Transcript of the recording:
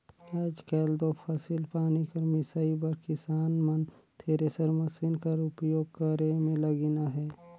आएज काएल दो फसिल पानी कर मिसई बर किसान मन थेरेसर मसीन कर उपियोग करे मे लगिन अहे